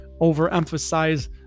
overemphasize